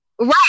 right